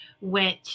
went